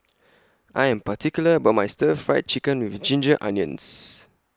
I Am particular about My Stir Fried Chicken with Ginger Onions